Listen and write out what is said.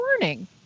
morning